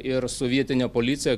ir su vietine policija